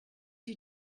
you